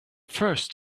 first